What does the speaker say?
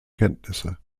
kenntnisse